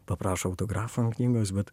paprašo autografo ant knygos bet